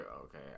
okay